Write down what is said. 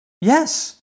Yes